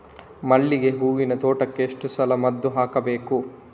ಮಲ್ಲಿಗೆ ಹೂವಿನ ತೋಟಕ್ಕೆ ಎಷ್ಟು ಸಲ ಮದ್ದು ಹಾಕಬೇಕು?